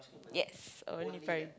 yes only If I